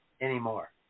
anymore